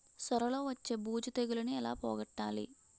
సొర లో వచ్చే బూజు తెగులని ఏల పోగొట్టాలి?